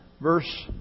verse